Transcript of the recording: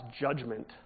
judgment